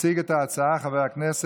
מציג את ההצעה חבר הכנסת